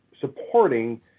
supporting